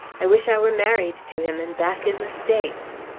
i wish i were married to him and back in the states.